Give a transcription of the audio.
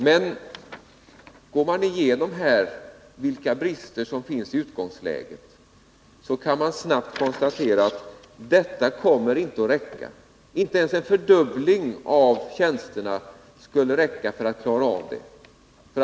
Men om man går igenom vilka brister som finns i utgångsläget, kan man snabbt konstatera att dessa åtgärder inte kommer att räcka. Inte ens en fördubbling av tjänsterna skulle vara tillräcklig för att klara av problemen.